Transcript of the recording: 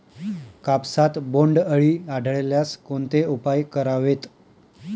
कापसात बोंडअळी आढळल्यास कोणते उपाय करावेत?